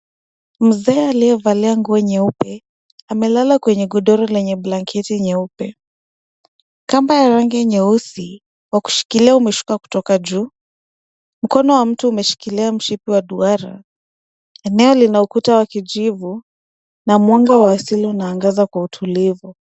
Mzee aliyevalia nguo nyeupe amelala kwenye godoro lenye blanketi nyeupe. Kamba ya rangi nyeusi wa kushikilia umeshuka kutoka juu. Mkono wa mtu umeshikilia mshipi wa duara. Eneo lina ukuta wa kijivu na mwanga wa asili unaangaza kwa utulivu.